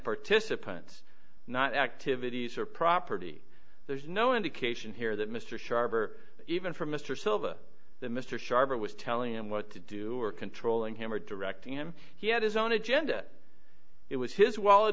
participants not activities or property there's no indication here that mr sharp or even from mr silva that mr sharper was telling him what to do or controlling him or directing him he had his own agenda it was his wallet